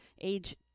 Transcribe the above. age